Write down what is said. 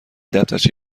دفترچه